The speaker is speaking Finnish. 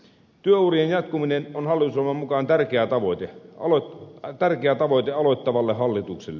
työurien jatkuminen on hallitusohjelman mukaan tärkeä tavoite aloittavalle hallitukselle